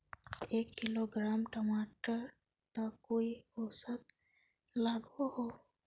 एक किलोग्राम टमाटर त कई औसत लागोहो?